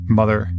mother